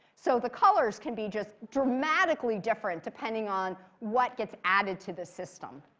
so the colors can be just dramatically different depending on what gets added to the system.